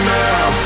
now